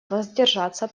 воздержаться